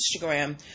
Instagram